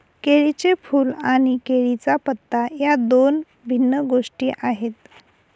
केळीचे फूल आणि केळीचा पत्ता या दोन भिन्न गोष्टी आहेत